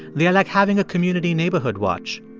they are like having a community neighborhood watch.